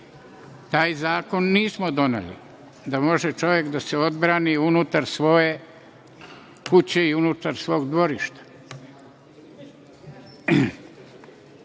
Taj zakon nismo doneli, da može čovek da se odbrani unutar svoje kuće i unutar svog